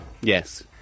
Yes